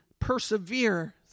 persevere